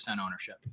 ownership